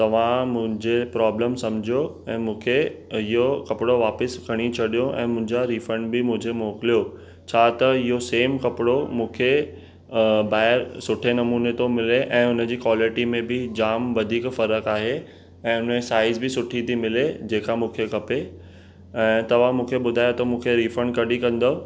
तव्हां मुंहिंजे प्रॉब्लम सम्झो ऐं मूंखे इहो कपिड़ो वापसि खणी छॾियो ऐं मुंहिंजा रिफंड बि मुझे मोकिलियो छा त इहो सेम कपिड़ो मूंखे ॿाहिरि सुठे नमूने थो मिले ऐं उनजी क्वालिटी में बि जामु वधीक फ़र्क़ु आहे ऐं उन साइज़ बि सुठी थी मिले जेका मूंखे खपे ऐं तव्हां मूंखे ॿुधायो त मूंखे रिफंड कॾहिं कंदो